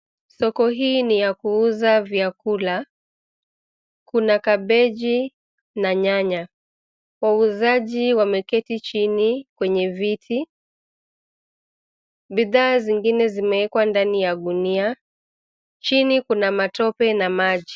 Soko hili ni la kuuza vyakula. Kuna kabeji na nyanya. Wauzaaji wameketi chini kwenye viti, bidhaa zingine zimewekwa ndani ya magunia. Chini kuna matope na maji.